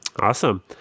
Awesome